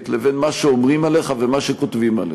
לבין מה שאומרים עליך ומה שכותבים עליך.